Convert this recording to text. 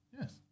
Yes